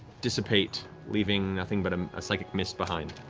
dissipate, leaving nothing but um a psychic mist behind.